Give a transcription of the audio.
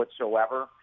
whatsoever